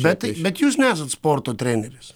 bet tai bet jūs nesat sporto treneris